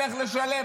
לך לשלם.